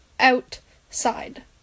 outside